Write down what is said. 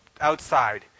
outside